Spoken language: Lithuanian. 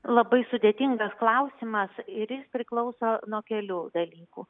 labai sudėtingas klausimas ir jis priklauso nuo kelių dalykų